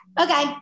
okay